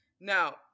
Now